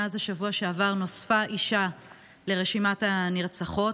מאז השבוע שעבר נוספה אישה לרשימת הנרצחות,